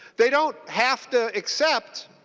they don't have to accept